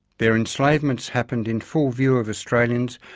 their enslavements happened in full view of australians,